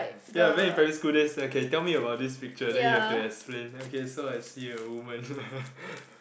ya back in primary school days okay tell me about this picture then you have to explain okay so I see a woman